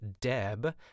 Deb